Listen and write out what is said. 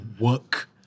work